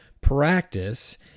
practice